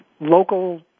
local